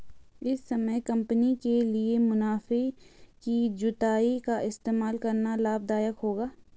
इस समय कंपनी के लिए मुनाफे की जुताई का इस्तेमाल करना लाभ दायक होगा